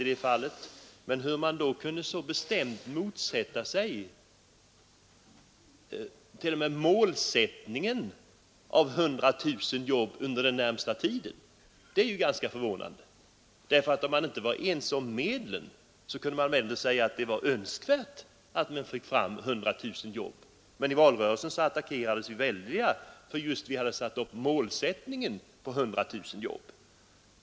Men då är det ganska förvånande att man så bestämt motsatte sig t.o.m. vår målsättning på 100 000 jobb under den närmaste tiden. Om man inte kan vara ense när det gäller medlen, så kan man väl ändå säga att det är önskvärt att skapa 100 000 jobb. Men i valrörelsen attackerades vi mycket hårt för att vi som målsättning angivit 100 000 jobb.